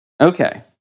okay